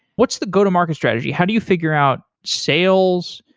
what's the go to market strategy? how do you figure out sales?